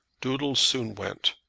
doodles soon went.